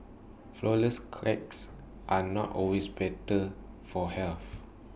Flourless Cakes are not always better for health